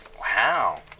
Wow